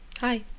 Hi